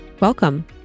welcome